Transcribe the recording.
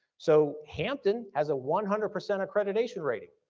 so hampton has a one hundred percent accreditation rating.